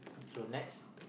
so next